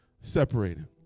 Separated